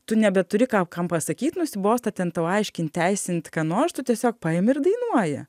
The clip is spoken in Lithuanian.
tu nebeturi ką kam pasakyt nusibosta ten tau aiškint teisint ką nors tu tiesiog paimi ir dainuoji